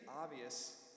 obvious